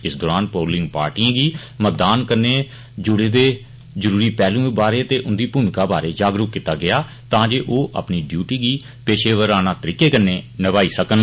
इस दौरान पोलिंग पार्टिएं गी मतदान कन्नै जुड़ी दिएं जरूरी पैहलुए बारै ते उंदी भूमिका बारै जागरूक कीता गेआ तां जे ओह अपनी डयूटी गी पेशेवराना तरीकै नै निभाई सकन